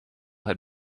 had